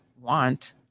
want